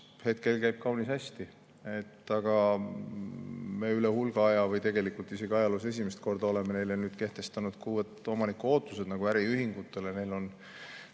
hetkel kaunis hästi. Aga me üle hulga aja või tegelikult isegi ajaloos esimest korda oleme neile kehtestanud uued omaniku ootused nagu äriühingutele. Neil on